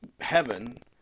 heaven